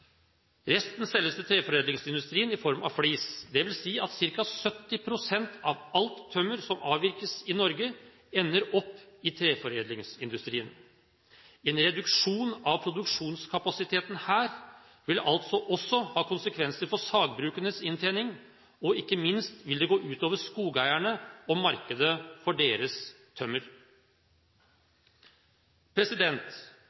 resten selges til treforedlingsindustrien i form av flis. Det vil si at ca. 70 pst. av alt tømmer som avvirkes i Norge, ender opp i treforedlingsindustrien. En reduksjon av produksjonskapasiteten her vil altså også ha konsekvenser for sagbrukenes inntjening – ikke minst vil det gå ut over skogeierne og markedet for deres